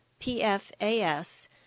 PFAS